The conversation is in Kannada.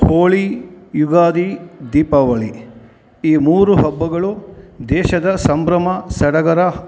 ಹೋಳಿ ಯುಗಾದಿ ದೀಪಾವಳಿ ಈ ಮೂರು ಹಬ್ಬಗಳು ದೇಶದ ಸಂಭ್ರಮ ಸಡಗರ